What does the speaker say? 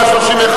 לא,